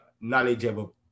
knowledgeable